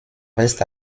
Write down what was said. reste